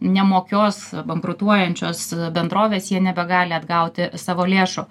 nemokios bankrutuojančios bendrovės jie nebegali atgauti savo lėšų